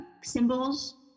symbols